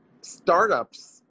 startups